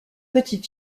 petit